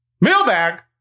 mailbag